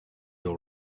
all